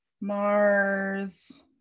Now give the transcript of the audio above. Mars